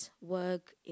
work